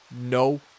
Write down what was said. no